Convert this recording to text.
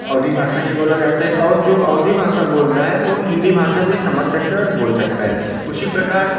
अवधी भाषा ही बोला जाता है और जो अवधी भाषा बोलता है वह हिंदी भाषा भी समझ सकता है और बोल सकता है उसी प्रकार